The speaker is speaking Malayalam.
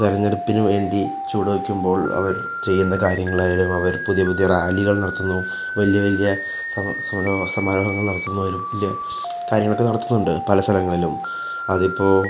തെരഞ്ഞെടുപ്പിന് വേണ്ടി ചുവട് വയ്ക്കുമ്പോൾ അവര് ചെയ്യുന്ന കാര്യങ്ങളായാലും അവർ പുതിയ പുതിയ റാലികൾ നടത്തുന്നു വലിയ വലിയ സമരോ സമരങ്ങൾ നടത്തുന്നു പുതിയ കാര്യങ്ങളൊക്കെ നടത്തുന്നുണ്ട് പല സ്ഥലങ്ങളിലും അതിപ്പോള്